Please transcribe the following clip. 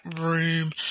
room